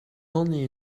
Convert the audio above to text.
only